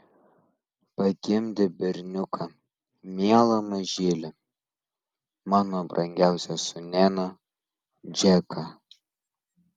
pagimdė berniuką mielą mažylį mano brangiausią sūnėną džeką